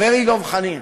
חברי דב חנין.